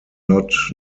not